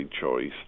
choice